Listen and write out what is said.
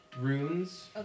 runes